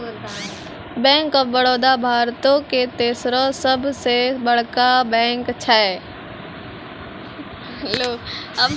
bank of Baroda भारतो के तेसरो सभ से बड़का बैंक छै